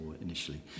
initially